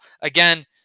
Again